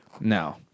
no